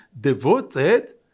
devoted